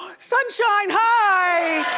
sunshine, hi.